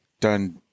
done